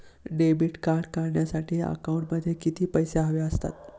Debit card काढण्यासाठी अकाउंटमध्ये किती पैसे हवे असतात?